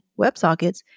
WebSockets